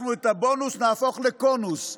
אנחנו, את הבונוס נהפוך לקונוס.